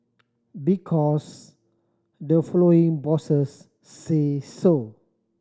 because the following bosses say so